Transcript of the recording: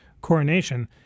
coronation